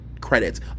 credits